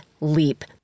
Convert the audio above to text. leap